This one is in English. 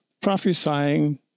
prophesying